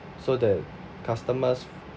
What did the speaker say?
so that customers